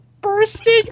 bursting